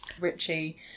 Richie